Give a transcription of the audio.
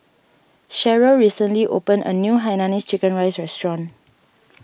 Sheryll recently opened a new Hainanese Chicken Rice restaurant